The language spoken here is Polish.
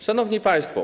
Szanowni Państwo!